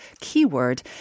keyword